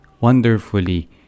wonderfully